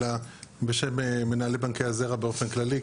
אלא בשם מנהלי בנקי הזרע באופן כללי,